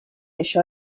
això